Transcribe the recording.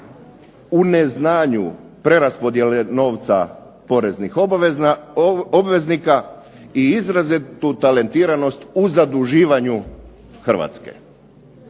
u neznanju preraspodjele novca poreznih obveznika i izrazitu talentiranost u zaduživanju Hrvatske.